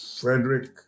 Frederick